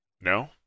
No